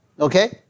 Okay